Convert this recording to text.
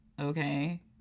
okay